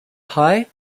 pie